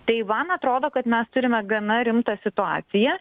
taivan atrodo kad mes turime gana rimtą situaciją